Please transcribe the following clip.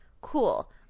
cool